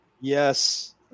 Yes